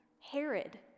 Herod